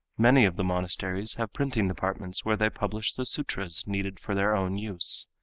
many of the monasteries have printing departments where they publish the sutras needed for their own use.